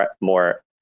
more